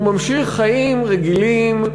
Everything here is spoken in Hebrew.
הוא ממשיך חיים רגילים,